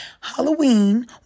Halloween